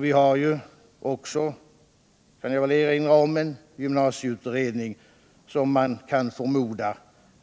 Vi har också — låt mig erinra om det — en gymnasieutredning som kan förmodas